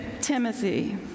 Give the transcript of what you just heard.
Timothy